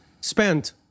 spent